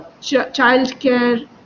childcare